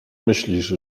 myślisz